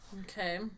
Okay